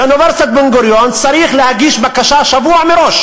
באוניברסיטת בן-גוריון צריך להגיש בקשה שבוע מראש,